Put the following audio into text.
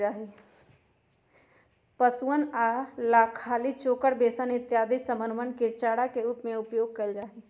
पशुअन ला खली, चोकर, बेसन इत्यादि समनवन के चारा के रूप में उपयोग कइल जाहई